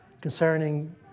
concerning